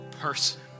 person